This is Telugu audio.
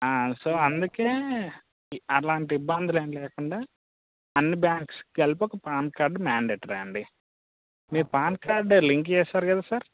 సో అందుకని అలాంటి ఇబ్బందులు ఏమి లేకుండా అన్నీ బ్యాంక్స్కి కలిపి ఒక పాన్ కార్డు మ్యాండేటరీ అండి మీ పాన్ కార్డ్ లింక్ చేసారు కదా సార్